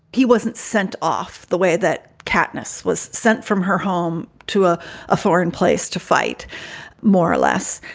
he wasn't sent off the way that katniss was sent from her home to ah a foreign place to fight more or less.